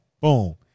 Boom